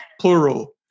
plural